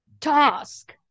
task